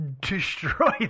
destroy